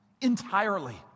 entirely